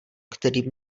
který